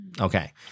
Okay